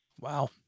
Wow